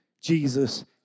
Jesus